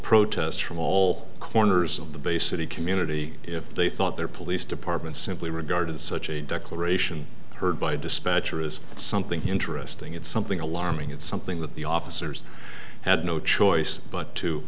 protest from all corners of the base city community if they thought their police department simply regarded such a declaration heard by dispatcher is it something interesting it's something alarming it's something that the officers had no choice but to